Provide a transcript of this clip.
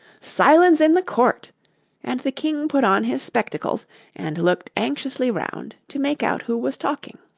silence in the court and the king put on his spectacles and looked anxiously round, to make out who was talking.